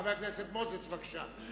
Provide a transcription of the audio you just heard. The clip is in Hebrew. חבר הכנסת מוזס, בבקשה.